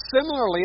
similarly